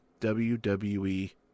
WWE